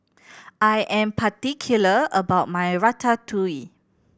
I am particular about my Ratatouille